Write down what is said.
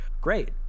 great